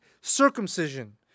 circumcision